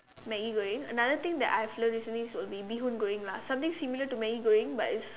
Maggi Goreng another thing that I have love all this is will be Bee-hoon Goreng lah something similar to Maggi-Goreng but it's